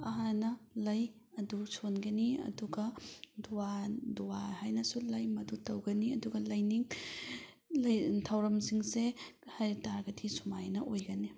ꯑꯅ ꯂꯩ ꯑꯗꯨ ꯁꯣꯟꯒꯅꯤ ꯑꯗꯨꯒ ꯗꯨꯋꯥ ꯗꯨꯋꯥ ꯍꯥꯏꯅꯁꯨ ꯂꯩ ꯃꯗꯨ ꯇꯧꯒꯅꯤ ꯑꯗꯨꯒ ꯂꯥꯏꯅꯤꯡ ꯊꯧꯔꯝꯁꯤꯡꯁꯦ ꯍꯥꯏ ꯇꯥꯔꯒꯗꯤ ꯁꯨꯃꯥꯏꯅ ꯑꯣꯏꯒꯅꯤ